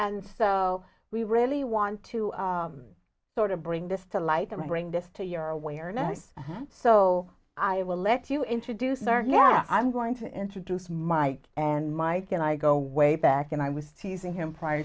and so we really want to sort of bring this to light that bring this to your awareness so i will let you introduce our yeah i'm going to introduce mike and mike and i go way back and i was teasing him prior